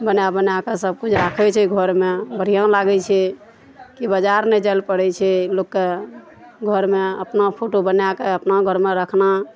बना बनाकऽ सबकुछ राखय छै घरमे बढ़िआँ लागय छै कि बाजार नहि जाइ लए पड़य छै लोकके घरमे अपना फोटो बनाकऽ अपना घरमे रखना